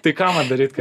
tai ką man daryt kad